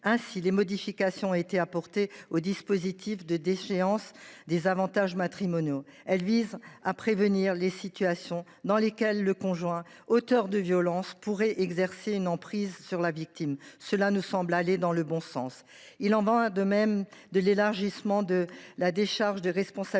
Ainsi, des modifications ont été apportées aux dispositifs de déchéance des avantages matrimoniaux. Elles visent à prévenir des situations dans lesquelles le conjoint auteur de violences pourrait exercer une emprise sur la victime. Cela nous semble aller dans le bon sens. Il en va de même de l’élargissement de la décharge de responsabilité